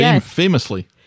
famously